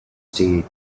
stay